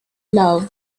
love